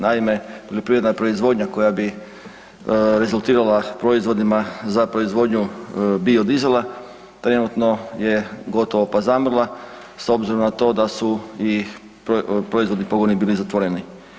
Naime, poljoprivredna proizvodnja koja bi rezultirala proizvodima za proizvodnju bio dizela, trenutno je gotovo pa zamrla s obzirom na to da su i proizvodni pogoni bili zatvoreni.